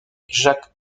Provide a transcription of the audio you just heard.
jacques